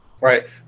right